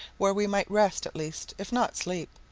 where we might rest, at least, if not sleep,